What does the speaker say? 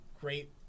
great